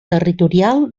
territorial